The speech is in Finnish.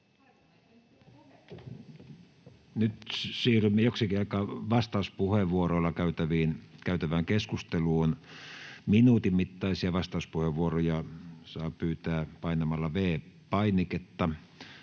Nyt siirrymme joksikin aikaa vastauspuheenvuoroilla käytävään keskusteluun. Minuutin mittaisia vastauspuheenvuoroja saa pyytää painamalla V-painiketta.